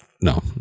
no